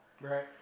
Right